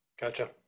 Gotcha